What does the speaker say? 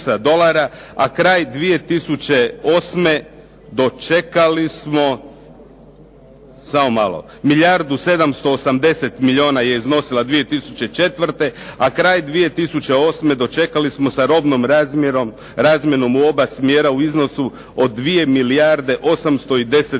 a kraj 2008. dočekali smo sa robnom razmjenom u oba smjera u iznosu od 2 milijarde 810 milijuna